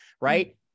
right